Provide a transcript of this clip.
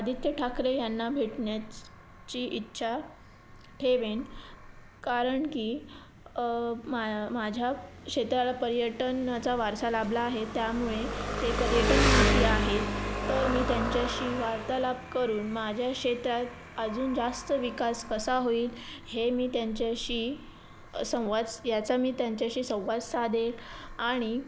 आदित्य ठाकरे यांना भेटण्याची इच्छा ठेवेन कारण की माझ्या क्षेत्राला पर्यटनाचा वारसा लाभला आहे त्यामुळे ते पर्यटनमंत्री आहेत तर मी त्यांच्याशी वार्तालाप करून माझ्या क्षेत्रात अजून जास्त विकास कसा होईल हे मी त्यांच्याशी संवाद याचा मी त्यांच्याशी संवाद साधेल आणि